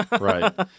Right